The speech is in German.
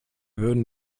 würden